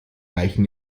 leichen